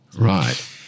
Right